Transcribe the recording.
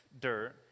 dirt